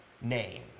name